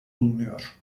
bulunuyor